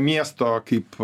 miesto kaip